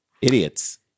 idiots